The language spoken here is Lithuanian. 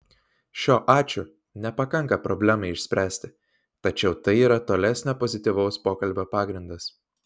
šio ačiū nepakanka problemai išspręsti tačiau tai yra tolesnio pozityvaus pokalbio pagrindas